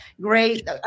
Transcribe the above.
Great